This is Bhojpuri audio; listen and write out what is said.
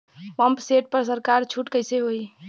पंप सेट पर सरकार छूट कईसे होई?